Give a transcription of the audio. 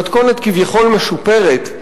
במתכונת כביכול משופרת,